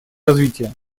развития